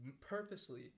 purposely